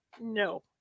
No